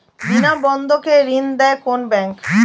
বিনা বন্ধকে ঋণ দেয় কোন ব্যাংক?